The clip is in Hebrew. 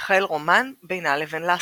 גם החל רומן בינה לבין לסקי.